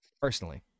Personally